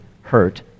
hurt